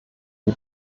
die